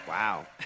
Wow